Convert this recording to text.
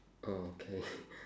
orh K